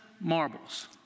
marbles